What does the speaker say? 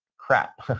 crap.